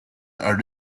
are